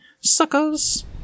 Suckers